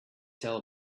tell